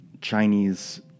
Chinese